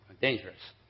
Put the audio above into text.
dangerous